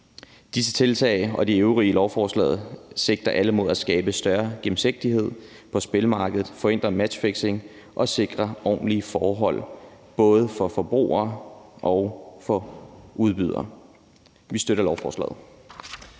Disse tiltag og de øvrige i lovforslaget sigter alle mod at skabe større gennemsigtighed på spilmarkedet, forhindre matchfixing og sikre ordentlige forhold for både forbrugere og udbydere. Vi støtter lovforslaget.